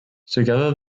together